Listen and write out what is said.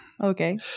Okay